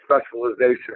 specialization